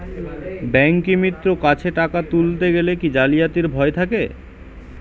ব্যাঙ্কিমিত্র কাছে টাকা তুলতে গেলে কি জালিয়াতির ভয় থাকে?